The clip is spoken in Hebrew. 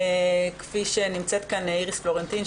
כפי שנמצאת כאן איריס פלורנטין,